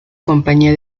compañía